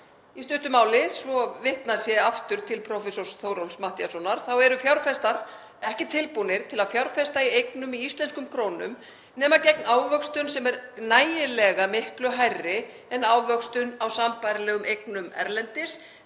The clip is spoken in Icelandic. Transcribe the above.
Í stuttu máli, svo vitnað sé aftur til prófessors Þórólfs Matthíassonar, eru fjárfestar ekki tilbúnir til að fjárfesta í eignum í íslenskum krónum nema gegn ávöxtun sem er nægilega miklu hærri en ávöxtun á sambærilegum eignum erlendis